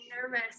Nervous